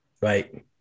Right